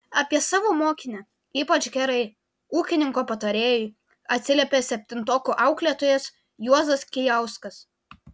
apie savo mokinę ypač gerai ūkininko patarėjui atsiliepė septintokų auklėtojas juozas kijauskas